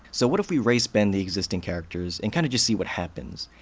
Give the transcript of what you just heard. so what if we race-bend the existing characters and kind of just see what happens?